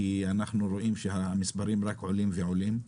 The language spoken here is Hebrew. כי אנחנו רואים שהמספרים רק עולים ועולים.